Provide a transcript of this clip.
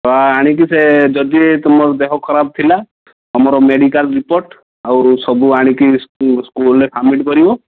ତ ଆଣିକି ସେ ଯଦି ତୁମର ସେ ଦେହ ଖରାପ ଥିଲା ତୁମର ମେଡ଼ିକାଲ୍ ରିପୋର୍ଟ ଆଉ ସବୁ ଆଣିକି ସ୍କୁଲରେ ସବ୍ମିଟ୍ କରିବ